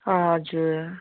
हजुर